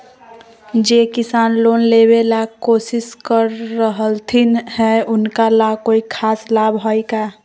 जे किसान लोन लेबे ला कोसिस कर रहलथिन हे उनका ला कोई खास लाभ हइ का?